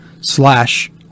slash